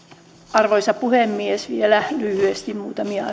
arvoisa puhemies vielä lyhyesti muutamia